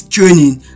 Training